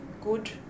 good